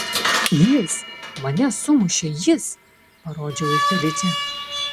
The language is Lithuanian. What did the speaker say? jis mane sumušė jis parodžiau į feličę